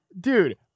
dude